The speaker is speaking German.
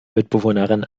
mitbewohnerin